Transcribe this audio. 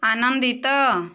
ଆନନ୍ଦିତ